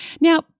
Now